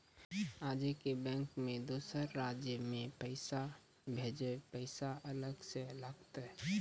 आजे के बैंक मे दोसर राज्य मे पैसा भेजबऽ पैसा अलग से लागत?